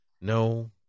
No